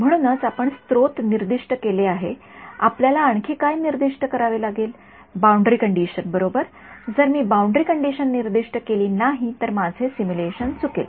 म्हणूनच आपण स्त्रोत निर्दिष्ट केले आहे आपल्याला आणखी काय निर्दिष्ट करावे लागेल बाउंड्री कंडीशन बरोबर जर मी बाउंड्री कंडीशन निर्दिष्ट केली नाही तर माझे सिम्युलेशन चुकेल